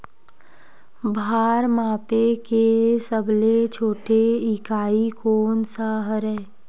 भार मापे के सबले छोटे इकाई कोन सा हरे?